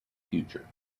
future